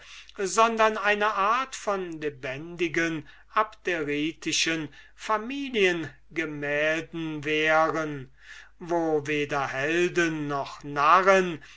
sondern eine art von lebendigen abderitischen familiengemälden wären wo weder helden noch narren